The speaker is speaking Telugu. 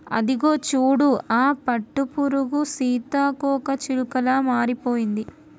అదిగో చూడు ఆ పట్టుపురుగు సీతాకోకచిలుకలా మారిపోతుంది